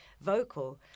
vocal